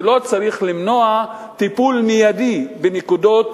זה לא צריך למנוע טיפול מיידי בנקודות